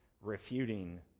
refuting